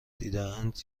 دیدهاند